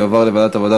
יועבר לוועדת העבודה,